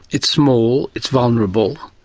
it's small, it's vulnerable,